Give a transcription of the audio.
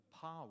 power